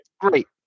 Great